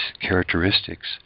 characteristics